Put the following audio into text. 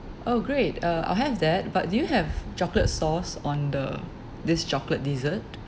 oh great uh I'll have that but do you have chocolate sauce on the this chocolate dessert